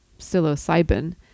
psilocybin